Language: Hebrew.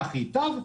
כך ייטב,